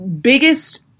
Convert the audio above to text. biggest